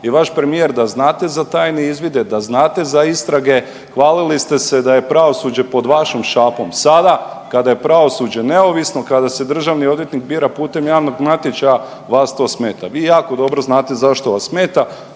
i vaš premijer da znate za tajne izvide, da znate za istrage, hvalili ste se da je pravosuđe pod vašom šapom. Sada kada je pravosuđe neovisno kada se državni odvjetnik bira putem javnog natječaja vas to smeta. Vi jako dobro znate zašto vas smeta